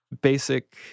basic